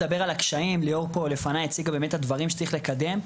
ליאור חזן הציגה את הדברים שצריך לקדם,